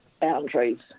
boundaries